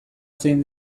zein